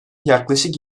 yaklaşık